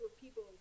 people